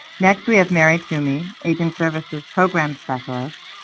next, we have mary twomey, aging services program specialist,